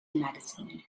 magazine